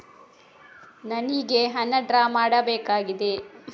ನನಿಗೆ ಹಣ ಡ್ರಾ ಮಾಡ್ಬೇಕಾಗಿದೆ